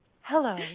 Hello